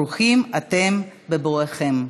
ברוכים אתם בבואכם.